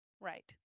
Right